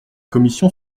commission